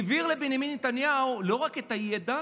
העביר לבנימין נתניהו לא רק את הידע,